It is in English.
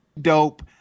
dope